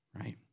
Right